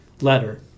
letter